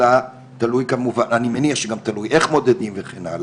אלא אני מניח שגם תלוי כמובן איך מודדים וכו'.